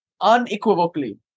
unequivocally